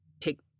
take